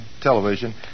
television